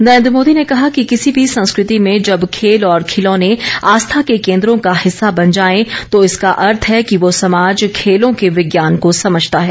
नरेन्द्र मोदी ने कहा कि किसी भी संस्कृति में जब खेल और खिलौने आस्था के केन्द्रों का हिस्सा बन जाए तो इसका अर्थ है कि वो समाज खेलों के विज्ञान को समझता है